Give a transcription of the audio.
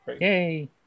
Yay